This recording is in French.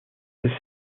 est